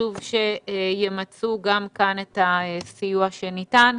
חשוב שימצו גם כאן את הסיוע שניתן.